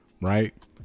right